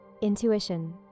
Intuition